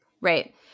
Right